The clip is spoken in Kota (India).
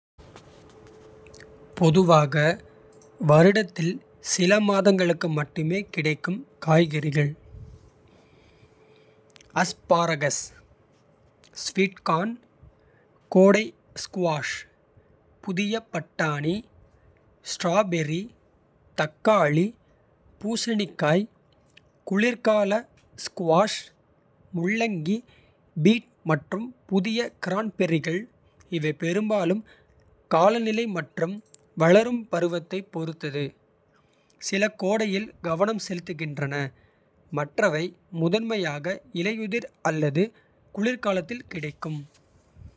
பொதுவாக வருடத்தில் சில மாதங்களுக்கு மட்டுமே. கிடைக்கும் காய்கறிகள் அஸ்பாரகஸ், ஸ்வீட் கார்ன். கோடை ஸ்குவாஷ், புதிய பட்டாணி, ஸ்ட்ராபெர்ரி. தக்காளி, பூசணிக்காய், குளிர்கால ஸ்குவாஷ், முள்ளங்கி. பீட் மற்றும் புதிய கிரான்பெர்ரிகள் இவை பெரும்பாலும். காலநிலை மற்றும் வளரும் பருவத்தைப் பொறுத்தது. சில கோடையில் கவனம் செலுத்துகின்றன. மற்றவை முதன்மையாக இலையுதிர் அல்லது. குளிர்காலத்தில் கிடைக்கும்.